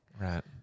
right